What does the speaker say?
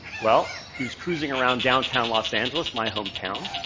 well, he was cruising around downtown los angeles, my hometown,